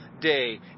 day